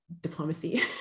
diplomacy